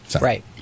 Right